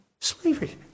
slavery